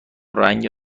رنگ